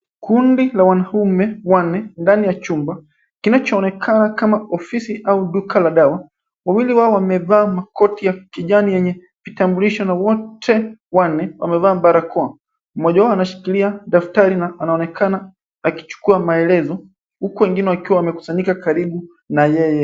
Kundi la wanaume wanne ndani ya chumba kinachoonekana kama ofisi au duka la dawa. Wawili wao wamevaa makoti ya kijani yenye vitambulisho na wote wanne wamevaa barakoa . Mmoja wao anashikilia daftari na anaonekana akichukua maelezo huku wengine wakiwa wamekusanyika karibu na yeye.